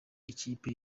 ikipe